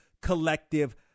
collective